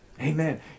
Amen